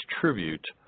tribute